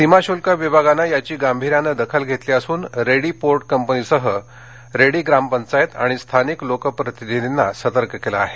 सीमाशुल्क विभागानं याची गांभीर्याने दखल घेतली असून रेडी पोर्ट कंपनीसह रेडी ग्रामपंचायत आणि स्थानिक लोकप्रतिनिधींना सतर्क केल आहे